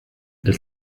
elle